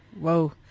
Whoa